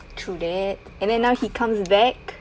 true that and then now he comes back